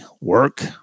work